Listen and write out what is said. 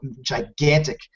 gigantic